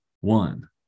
one